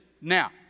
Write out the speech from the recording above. Now